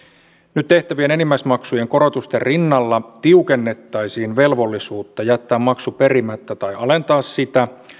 nyt tehtävien enimmäismaksujen korotusten rinnalla tiukennettaisiin velvollisuutta jättää maksu perimättä tai alentaa sitä